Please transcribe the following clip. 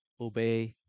obey